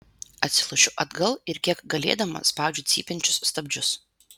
atsilošiu atgal ir kiek galėdama spaudžiu cypiančius stabdžius